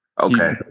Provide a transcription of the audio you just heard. Okay